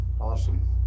awesome